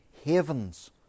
havens